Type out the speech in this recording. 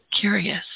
curious